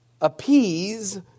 appease